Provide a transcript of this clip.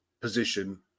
position